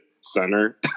center